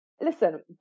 Listen